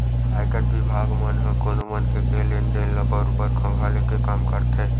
आयकर बिभाग मन ह कोनो मनखे के लेन देन ल बरोबर खंघाले के काम करथे